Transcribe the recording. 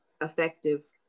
effective